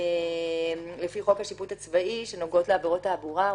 לפי חוק השיפוט הצבאי שנוגעות לעבירות תעבורה.